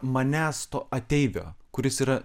manęs to ateivio kuris yra